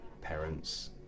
parents